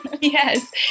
Yes